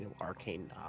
arcane